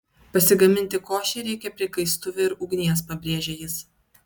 pasigaminti košei reikia prikaistuvio ir ugnies pabrėžė jis